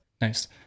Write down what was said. Nice